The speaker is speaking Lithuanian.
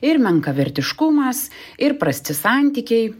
ir menkavertiškumas ir prasti santykiai